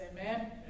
Amen